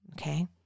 Okay